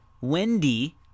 Wendy